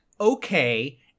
okay